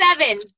seven